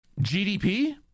GDP